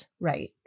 Right